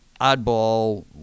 oddball